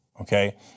okay